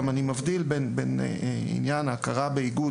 אני גם מבדיל בין עניין ההכרה באיגוד,